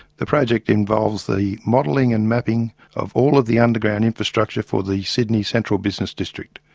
the project involves the modelling and mapping of all of the underground infrastructure for the sydney central business district.